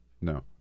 No